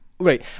Right